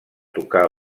tocar